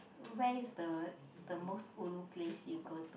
where is the the most ulu place you go to